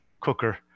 cooker